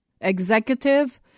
executive